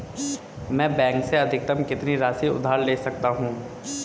मैं बैंक से अधिकतम कितनी राशि उधार ले सकता हूँ?